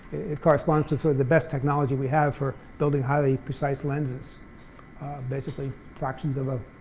it correspond to sort of the best technology we have for building highly-precise lenses basically fractions of